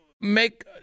make